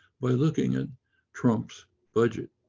by looking at trump's budget.